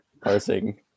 Parsing